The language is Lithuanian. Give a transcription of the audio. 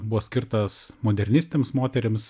buvo skirtas modernistėms moterims